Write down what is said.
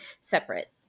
separate